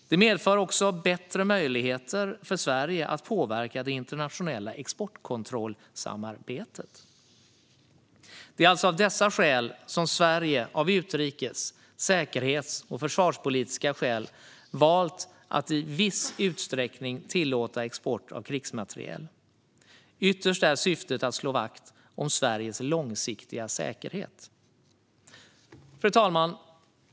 Det medför också bättre möjligheter för Sverige att påverka det internationella exportkontrollsamarbetet. Det är alltså av dessa skäl som Sverige av utrikes, säkerhets och försvarspolitiska skäl valt att i viss utsträckning tillåta export av krigsmateriel. Ytterst är syftet att slå vakt om Sveriges långsiktiga säkerhet. Fru talman!